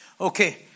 Okay